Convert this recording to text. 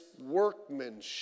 workmanship